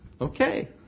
Okay